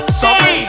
sorry